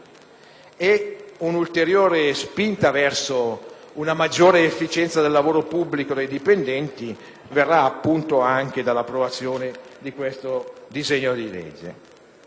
un'ulteriore spinta verso la maggior efficienza del lavoro dei dipendenti pubblici verrà anche dall'approvazione di questo disegno di legge.